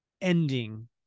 ending